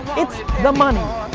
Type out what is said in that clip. it's the money.